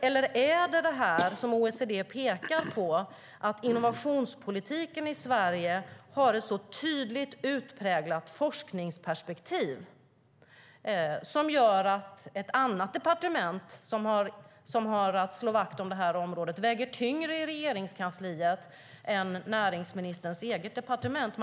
Eller handlar det om det som OECD pekar på, att innovationspolitiken i Sverige har ett så tydligt och utpräglat forskningsperspektiv att ett annat departement, som har att slå vakt om det här området, väger tyngre i Regeringskansliet än näringsministerns eget departement?